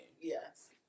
Yes